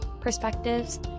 perspectives